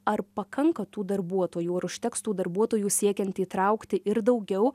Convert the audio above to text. ar pakanka tų darbuotojų ar užteks tų darbuotojų siekiant įtraukti ir daugiau